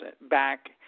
back